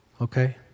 okay